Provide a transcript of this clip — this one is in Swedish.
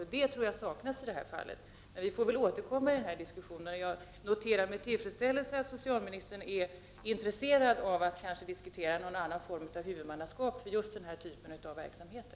Jag tror att det saknas i detta fall. Vi får återkomma till den diskussionen. Jag noterar med tillfredsställelse att socialministern är intresserad av att diskutera någon annan form av huvudmannaskap för just den här typen av verksamheter.